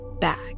back